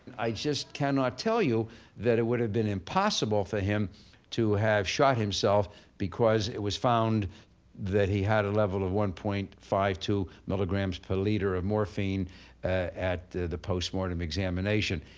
i just cannot tell you that it would have been impossible for him to have shot himself because it was found that he had a level of one point five milligrams per liter of morphine at the post-mortem examination.